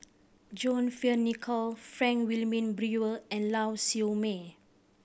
John Fearn Nicoll Frank Wilmin Brewer and Lau Siew Mei